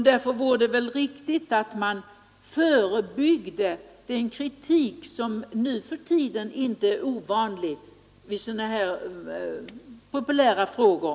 Därför vore det väl riktigt att man förebyggde den kritik som nu för tiden inte är ovanlig i så här populära frågor.